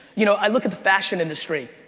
you know i look at the fashion industry,